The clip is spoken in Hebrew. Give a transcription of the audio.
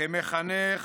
כמחנך